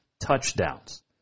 touchdowns